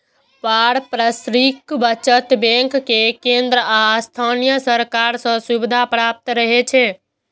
पारस्परिक बचत बैंक कें केंद्र आ स्थानीय सरकार सं सुविधा प्राप्त रहै छै